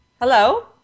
Hello